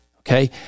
Okay